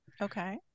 Okay